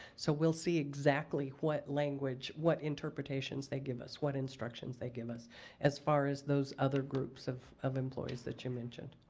so we'll see exactly what language, what interpretations they give us, what instructions they give us as far as those other groups of of employees that you mentioned,